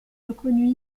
reconnut